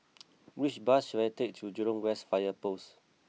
which bus should I take to Jurong West Fire Post